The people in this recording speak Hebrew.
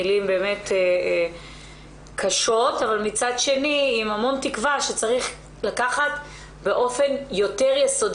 מילים באמת קשות אבל מצד שני עם המון תקווה שצריך לקחת באופן יסודי.